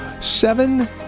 seven